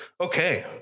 Okay